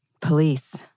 Police